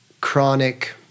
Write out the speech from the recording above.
chronic